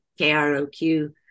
kroq